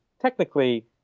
technically